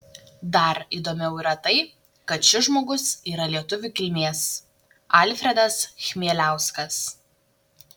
dar įdomiau yra tai kad šis žmogus yra lietuvių kilmės alfredas chmieliauskas